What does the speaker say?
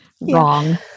Wrong